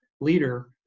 leader